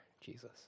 Jesus